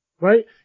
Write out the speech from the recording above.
Right